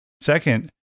Second